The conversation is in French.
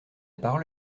parole